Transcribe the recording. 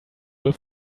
will